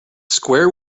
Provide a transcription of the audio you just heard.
square